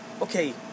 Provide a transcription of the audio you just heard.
okay